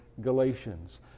Galatians